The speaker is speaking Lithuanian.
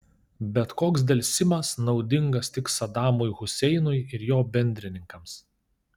bet koks delsimas naudingas tik sadamui huseinui ir jo bendrininkams